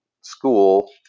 school